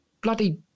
bloody